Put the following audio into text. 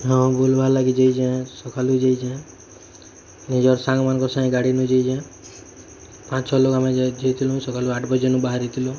ହଁ ବୁଲ୍ ବା ଲାଗି ଯାଇଛେ ସକାଲୁ ଯାଇଛେ ନିଜର୍ ସାଙ୍ଗ୍ମାନଙ୍କ ସାଙ୍ଗେ ଗାଡ଼ି ନୁ ଯାଇଛେ ପାଞ୍ଚ ଛଅ ଲୋକ୍ ଆମେ ଯାଇଥିଲୁ ସକାଲୁ ଆଠ୍ ବାଜେନ୍ ବାହାରିଥିଲୁ